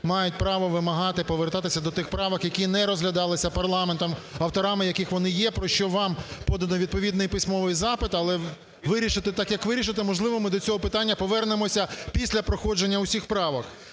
мають право вимагати повертатися до тих правок, які не розглядалися парламентом, авторами яких вони є, про що вам подано відповідний письмовий запит. Але вирішити так як вирішити, можливо, ми до цього питання повернемося після проходження усіх правок.